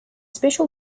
special